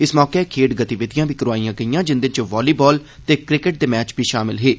इस मौके खेड् गतिविधियां बी करोआईयां गेईआं जिंदे च वालीबाल ते क्रिकेट दे मैच बी शामिल हे